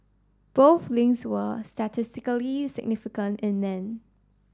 both links were statistically significant in men